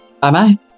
Bye-bye